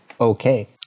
okay